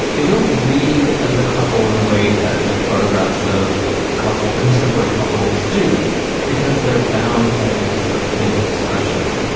they don't read as a couple in the way that like photographs of couple contemporary couples do because they're bound by a different kind of discretion.